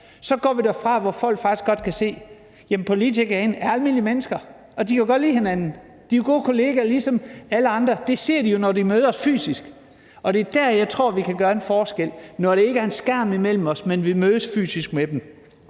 så går vi derfra og mærker, at folk faktisk godt kan se, at politikere er almindelige mennesker og godt kan lide hinanden, og at de er gode kolleger ligesom alle andre. Det ser de jo, når de møder os fysisk. Og det er der, jeg tror vi kan gøre en forskel – når der ikke er en skærm imellem os, men vi mødes fysisk med dem.